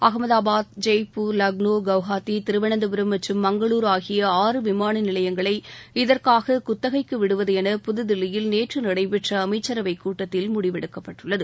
அகமதாபாத் ஜெய்ப்பூர் லக்னோ கவுஹாத்தி திருவனந்தபுரம் மற்றும் மங்களூர் ஆகிய ஆறு விமான நிலையங்களை இதற்காக குத்தகைக்கு விடுவது என புதுதில்லியில் நேற்று நடைபெற்ற அமைச்சரவைக் கூட்டத்தில் முடிவெடுக்கப்பட்டுள்ளது